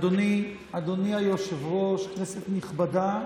אדוני היושב-ראש, כנסת נכבדה,